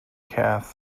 calf